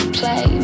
play